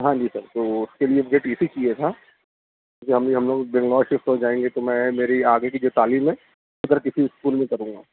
ہاں جی سر تو اس کے لیے مجھے ٹی سی چاہیے تھا ہم لوگ بنگال شفٹ ہو جائیں گے تو میں میری آگے کی جو تعلیم ہے ادھر کسی اسکول میں کروں گا